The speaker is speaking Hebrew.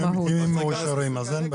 זאת איזושהי תוספת שעכשיו הכניסו.